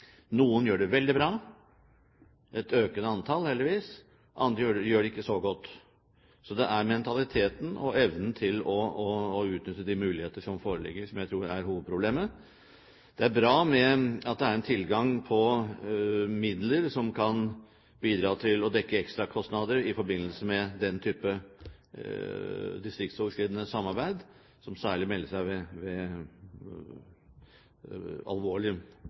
Noen gjør det veldig bra – et økende antall heldigvis – andre gjør det ikke så godt. Så det er mentaliteten og evnen til å utnytte de muligheter som foreligger, som jeg tror er hovedproblemet. Det er bra at det er tilgang på midler som kan bidra til å dekke ekstrakostnader i forbindelse med den type distriktsoverskridende samarbeid, som særlig vil melde seg ved alvorlig